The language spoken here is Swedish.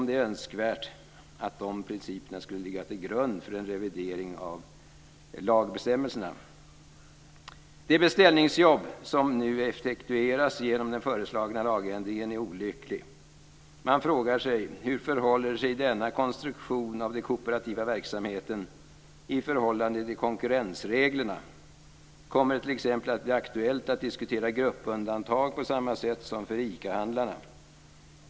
Det är önskvärt att motsvarande principer skulle ligga till grund för en revidering av lagbestämmelserna. Det beställningsjobb som effektueras genom den föreslagna lagändringen är olyckligt. Man frågar sig hur denna konstruktion av den kooperativa verksamheten förhåller sig till konkurrensreglerna. Kommer det t.ex. att bli aktuellt att diskutera gruppundantag på samma sätt som för ICA-handlarna?